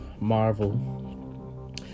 Marvel